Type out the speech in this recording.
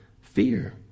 fear